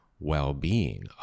well-being